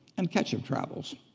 and ketchup travels.